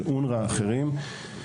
של אונר״א ואחרים.